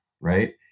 right